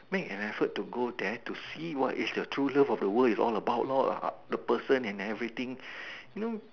make an effort to go there to see what is your true love of the world is all about lor uh the person and everything you know